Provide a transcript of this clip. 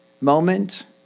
moment